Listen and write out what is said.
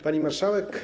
Pani Marszałek!